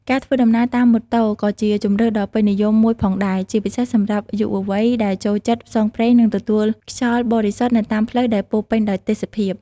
ការធ្វើដំណើរតាមម៉ូតូក៏ជាជម្រើសដ៏ពេញនិយមមួយផងដែរ ជាពិសេសសម្រាប់យុវវ័យដែលចូលចិត្តផ្សងព្រេងនិងទទួលខ្យល់បរិសុទ្ធនៅតាមផ្លូវដែលពោរពេញដោយទេសភាព។